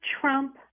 Trump